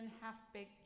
half-baked